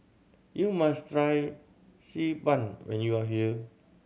you must try Xi Ban when you are here